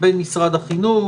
בין משרד החינוך,